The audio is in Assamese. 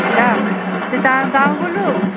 দক তিতান যাওঁ বলক